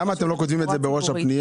למה אתם לא כותבים את זה בראש הפנייה,